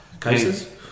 cases